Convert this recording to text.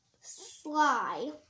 sly